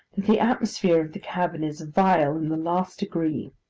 that the atmosphere of the cabin is vile in the last degree.